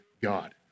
God